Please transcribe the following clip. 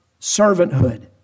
servanthood